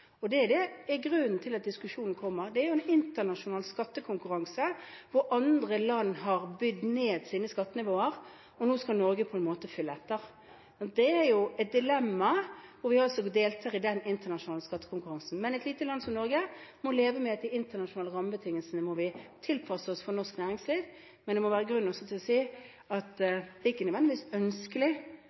er så positivt. Det er grunnen til at diskusjonen kommer. Det er jo internasjonal skattekonkurranse, hvor andre land har bydd ned sine skattenivåer, og nå skal Norge på en måte følge etter. Det er jo et dilemma, hvor vi altså deltar i den internasjonale skattekonkurransen. Et lite land som Norge må leve med at de internasjonale rammebetingelsene må tilpasses norsk næringsliv. Men det må også være grunn til at si at det er ikke nødvendigvis ønskelig,